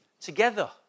together